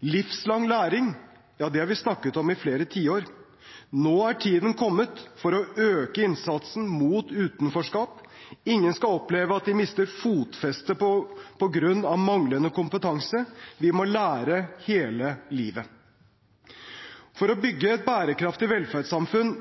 Livslang læring har vi snakket om i flere tiår. Nå er tiden kommet for å øke innsatsen mot utenforskap. Ingen skal oppleve at de mister fotfestet på grunn av manglende kompetanse, vi må lære hele livet. For å bygge et bærekraftig velferdssamfunn